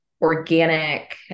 organic